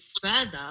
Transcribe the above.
further